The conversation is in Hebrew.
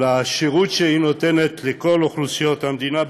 על השירות שהיא נותנת לכל אוכלוסיית המדינה,